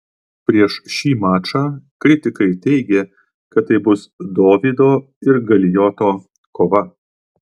prieš šį mačą kritikai teigė kad tai bus dovydo ir galijoto kova